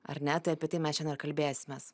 ar ne tai apie tai mes šian ir kalbėsimės